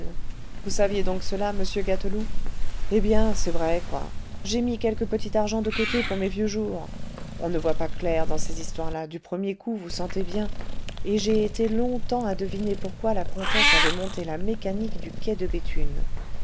vous saviez donc cela monsieur gâteloup eh bien c'est vrai quoi j'ai mis quelque petit argent de côté pour mes vieux jours on ne voit pas clair dans ces histoires-là du premier coup vous sentez rien et j'ai été longtemps à deviner pourquoi la comtesse avait monté la mécanique du quai de béthune